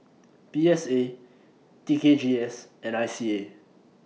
P S A T K G S and I C A